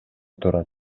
турат